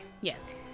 Yes